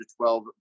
12